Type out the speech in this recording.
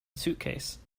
suitcase